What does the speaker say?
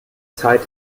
zeit